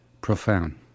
Profound